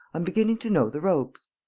i'm beginning to know the ropes!